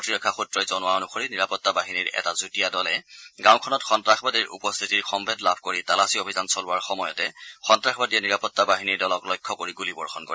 প্ৰতিৰক্ষা সূত্ৰই জনোৱা অনুসৰি নিৰাপত্তা বাহিনীৰ এটা যুটীয়া দলে গাঁওখনত সন্তাসবাদীৰ উপস্থিতিৰ সম্ভেদ লাভ কৰি তালাচী অভিযান চলোৱাৰ সময়তে সন্তাসবাদীয়ে নিৰাপতা বাহিনীৰ দলক লক্ষ্য কৰি গুলীবৰ্ষণ কৰে